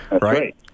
right